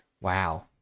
Wow